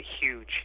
huge